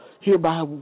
Hereby